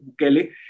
Bukele